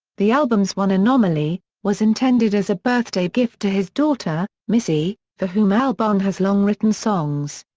the album's one anomaly, was intended as a birthday gift to his daughter, missy, for whom albarn has long written songs.